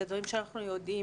אלה דברים שאנחנו יודעים